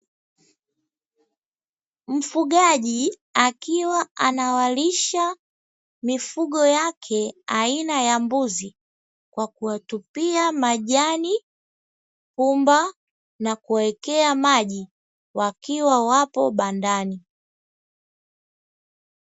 Mfugaji akiwa anawalisha mifugo yake aina ya mbuzi, kwa kuwatupia majani pumba na kuwawekea maji wakiwa wapo bandani.